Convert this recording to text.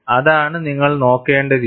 അതാണ് നിങ്ങൾ നോക്കേണ്ട രീതി